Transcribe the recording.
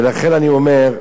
ולכן אני אומר,